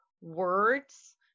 words